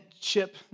chip